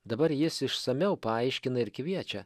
dabar jis išsamiau paaiškina ir kviečia